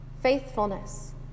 faithfulness